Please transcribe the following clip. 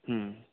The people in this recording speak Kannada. ಹ್ಞೂ